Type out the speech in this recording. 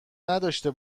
نداشته